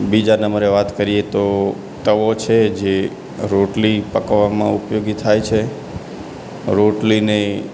બીજા નંબરે વાત કરીએ તો તવો છે જે રોટલી પકવવામાં ઉપયોગી થાય છે રોટલીની